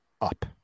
up